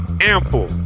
Ample